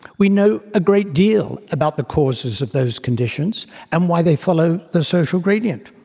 we know a great deal about the causes of those conditions and why they follow the social gradient.